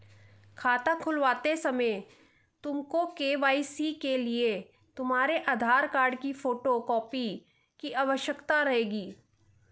खाता खुलवाते समय तुमको के.वाई.सी के लिए तुम्हारे आधार कार्ड की फोटो कॉपी की आवश्यकता रहेगी